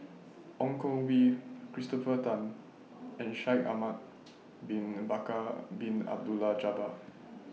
Ong Koh Bee Christopher Tan and Shaikh Ahmad Bin Bakar Bin Abdullah Jabbar